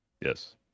Yes